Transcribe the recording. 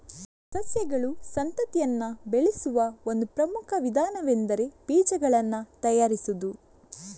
ಸಸ್ಯಗಳು ಸಂತತಿಯನ್ನ ಬೆಳೆಸುವ ಒಂದು ಪ್ರಮುಖ ವಿಧಾನವೆಂದರೆ ಬೀಜಗಳನ್ನ ತಯಾರಿಸುದು